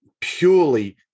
purely